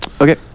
Okay